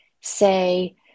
Say